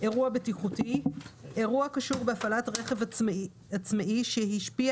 "אירוע בטיחותי" אירוע הקשור בהפעלת רכב עצמאי שהשפיע